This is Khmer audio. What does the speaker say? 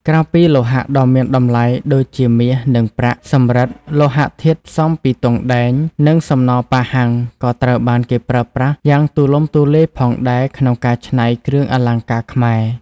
ក្រៅពីលោហៈដ៏មានតម្លៃដូចជាមាស និងប្រាក់ សំរឹទ្ធិ លោហៈធាតុផ្សំពីទង់ដែង និងសំណប៉ាហាំងក៏ត្រូវបានគេប្រើប្រាស់យ៉ាងទូលំទូលាយផងដែរ ក្នុងការច្នៃគ្រឿងអលង្ការខ្មែរ។